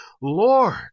Lord